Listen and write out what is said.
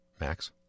Max